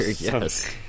Yes